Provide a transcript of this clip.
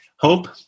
Hope